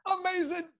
amazing